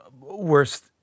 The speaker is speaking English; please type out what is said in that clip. worst